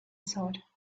thought